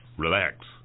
Relax